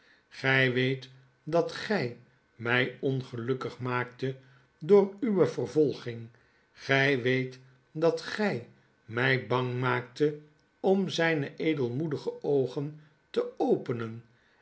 gij weet dat gij mij ongelukkig maaktet door uwe vervolging gij weet dat gij mij bang maaktet om zijne edelmoedige oogen te openen